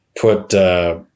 put